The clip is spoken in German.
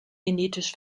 genetisch